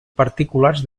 particulars